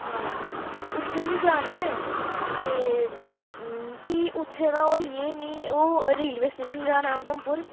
हां उत्थै बी जाना ऐं ते फ्ही उत्थूं दा होइयै मी ओह् रेलवे स्टेशन जाना ऐ उधमपुर